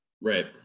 Right